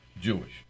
Jewish